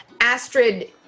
Astrid